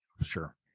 sure